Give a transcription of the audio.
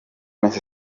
miss